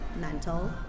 mental